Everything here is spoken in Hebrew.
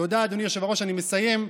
תודה, אדוני היושב-ראש, אני מסיים.